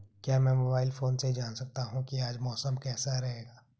क्या मैं mobile phone से जान सकता हूँ कि आज मौसम कैसा रहेगा?